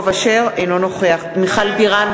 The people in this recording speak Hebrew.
אינו נוכח מיכל בירן,